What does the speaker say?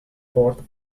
ford